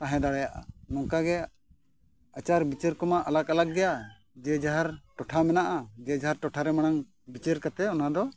ᱛᱟᱦᱮᱸ ᱫᱟᱲᱮᱭᱟᱜᱼᱟ ᱱᱚᱝᱠᱟ ᱜᱮ ᱟᱪᱟᱨ ᱵᱤᱪᱟᱹᱨ ᱠᱚᱢᱟ ᱟᱞᱟᱜᱽ ᱟᱞᱟᱜᱽ ᱜᱮᱭᱟ ᱡᱮ ᱡᱟᱦᱟᱨ ᱴᱚᱴᱷᱟ ᱢᱮᱱᱟᱜᱼᱟ ᱡᱮ ᱡᱟᱦᱟᱨ ᱴᱚᱴᱷᱟ ᱨᱮ ᱢᱟᱲᱟᱝ ᱵᱤᱪᱟᱹᱨ ᱠᱟᱛᱮᱫ ᱚᱱᱟ ᱫᱚ